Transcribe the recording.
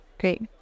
great